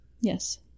Yes